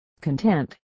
content